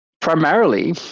primarily